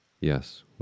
Yes